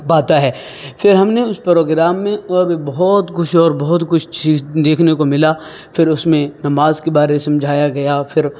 پاتا ہے پھر ہم نے اس پروگرام میں اور بھی بہت کچھ بہت کچھ سیکھ دیکھنے کو ملا پھر اس میں نماز کے بارے سمجھایا گیا پھر